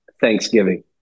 Thanksgiving